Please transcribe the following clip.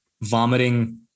vomiting